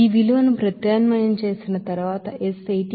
ఈ విలువను ప్రత్యామ్నాయం చేసిన తరువాత ఎస్ 88